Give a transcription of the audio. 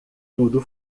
tudo